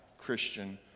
Christian